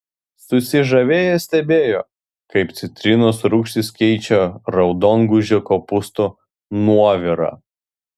susižavėję stebėjo kaip citrinos rūgštis keičia raudongūžio kopūsto nuovirą